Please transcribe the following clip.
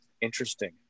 Interesting